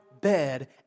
bed